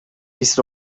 یست